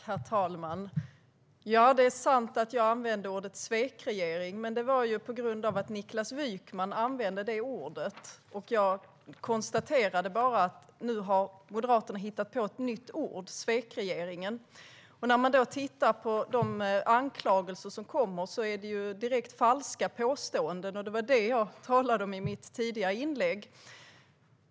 Herr talman! Det är sant att jag använde ordet svekregering, men det var på grund av att Niklas Wykman använde det. Jag konstaterade bara att nu har Moderaterna hittat på ett nytt ord: svekregeringen. Anklagelserna och påståendena är direkt falska, och det var det jag talade om i mitt förra inlägg.